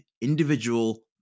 individual